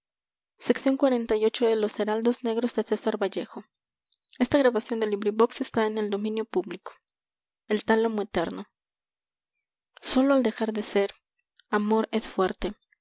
el tálamo eterno sólo al dejar de ser amor es fuerte